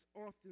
often